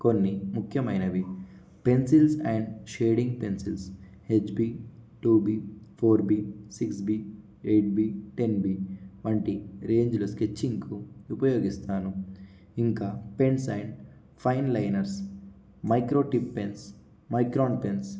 కొన్ని ముఖ్యమైనవి pencils and shading pencils H B two B four B six B eight B ten B వంటి రేంజ్లో స్కెచ్చింగ్కు ఉపయోగిస్తాను ఇంకా pens and fine liners micro tip pens Micron pens